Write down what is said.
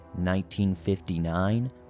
1959